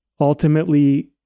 ultimately